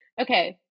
Okay